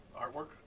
Artwork